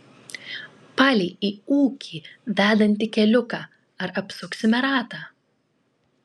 palei į ūkį vedantį keliuką ar apsuksime ratą